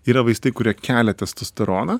yra vaistai kurie kelia testosteroną